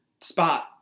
spot